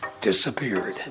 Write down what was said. disappeared